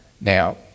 Now